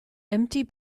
empty